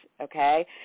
okay